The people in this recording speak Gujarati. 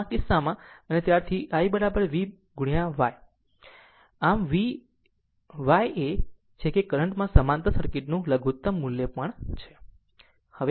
આમ આ કિસ્સામાં અને ત્યારથી I YV આમ Y એ છે કે કરંટમાં સમાંતર સર્કિટનું લઘુતમ મૂલ્ય પણ છે